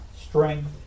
strength